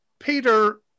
Peter